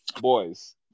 Boys